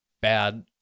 bad